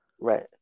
right